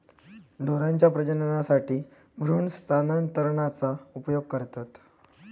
ढोरांच्या प्रजननासाठी भ्रूण स्थानांतरणाचा उपयोग करतत